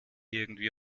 irgendwie